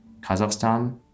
Kazakhstan